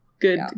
Good